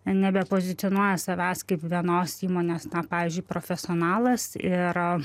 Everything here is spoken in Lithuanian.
nebepozicionuoja savęs kaip vienos įmonės tą pavyzdžiui profesionalas ir